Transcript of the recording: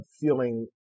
feeling